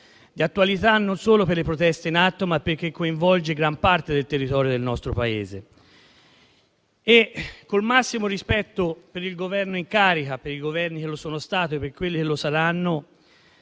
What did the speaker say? di attualità non solo per le proteste in atto, ma perché coinvolge gran parte del territorio del nostro Paese. Con il massimo rispetto per il Governo in carica, per i Governi che lo sono stati e per quelli che lo saranno,